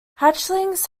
hatchlings